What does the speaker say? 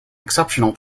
exceptional